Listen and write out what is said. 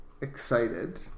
excited